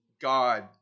God